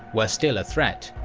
were still a threat,